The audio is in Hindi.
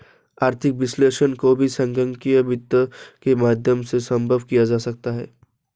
आर्थिक विश्लेषण को भी संगणकीय वित्त के माध्यम से सम्भव किया जा सकता है